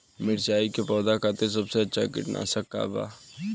मिरचाई के पौधा खातिर सबसे अच्छा कीटनाशक का बा?